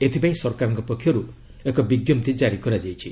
ଏଥିପାଇଁ ସରକାରଙ୍କ ପକ୍ଷରୁ ଏକ ବିଜ୍ଞପ୍ତି ଜାରି କରାଯାଇଛି